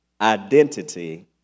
identity